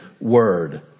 word